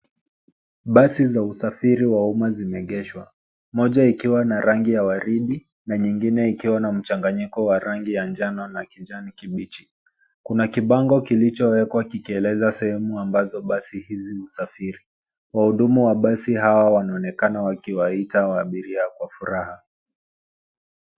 Basi za usafiri wa umma zimeegeshwa. Moja ikiwa na rangi ya waridi na nyingine ikiwa na mchanganyiko wa rangi ya njano na kijani kibichi. Kuna kibango kilichowekwa kikieleza sehemu ambazo basi hizi husafiri. Wahudumu wa basi hawa wanaonekana wakiwaita abiria kwa furaha.